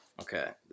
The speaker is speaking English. Okay